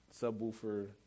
subwoofer